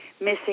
missing